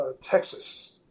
Texas